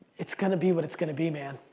it's gonna be what it's gonna be, man.